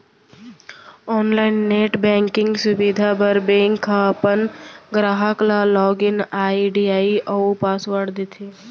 online net banking सुबिधा बर bank ह अपन गराहक ल लॉगिन आईडी अउ पासवर्ड देथे